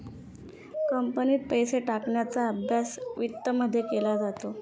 कंपनीत पैसे टाकण्याचा अभ्यास वित्तमध्ये केला जातो